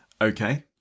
Okay